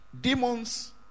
Demons